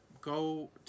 go